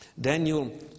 Daniel